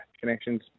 Connections